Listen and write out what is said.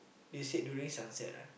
they said during sunset lah